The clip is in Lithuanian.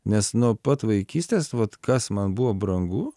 nes nuo pat vaikystės vat kas man buvo brangu